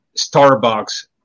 Starbucks